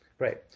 Right